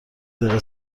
دقیقه